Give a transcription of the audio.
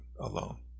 alone